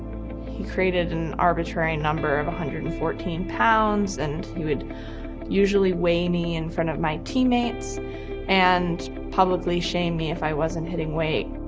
he created an arbitrary number of one hundred and fourteen pounds, and he would usually weigh me in front of my teammates and publicly shame me if i wasn't hitting weight.